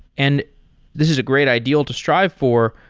and this is a great ideal to strive for,